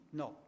no